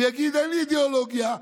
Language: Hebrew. ויגיד: אין לי אידיאולוגיה,